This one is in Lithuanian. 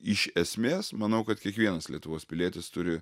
iš esmės manau kad kiekvienas lietuvos pilietis turi